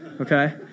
okay